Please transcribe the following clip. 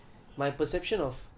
mmhmm